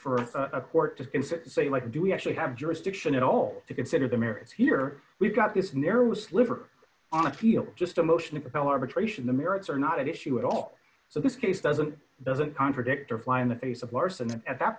to say like do we actually have jurisdiction at all to consider the merits here we've got this narrow sliver on a field just a motion to compel arbitration the merits are not at issue at all so this case doesn't doesn't contradict or fly in the face of larson and at that